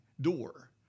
door